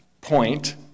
point